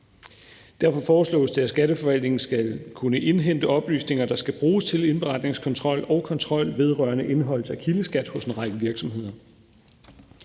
Derfor foreslås det, at Skatteforvaltningen skal kunne indhente oplysninger, der skal bruges til indberetningskontrol og kontrol vedrørende indeholdelse af kildeskat hos en række virksomheder.